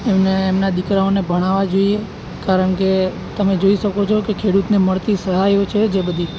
અને એમના દીકરાઓને ભણાવવા જોઈએ કારણ કે તમે જોઈ શકો છો કે ખેડૂતને મળતી સહાયો છે જે બધી